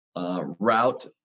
Route